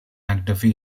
mcduffie